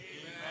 Amen